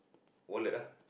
wallet ah